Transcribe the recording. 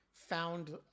found